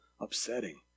upsetting